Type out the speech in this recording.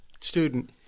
student –